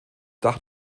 dach